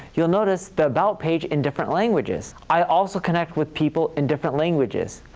you'll notice the about page in different languages. i also connect with people in different languages.